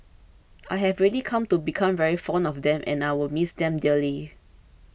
I've really come to become very fond of them and I will miss them dearly